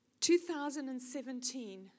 2017